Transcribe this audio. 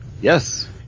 Yes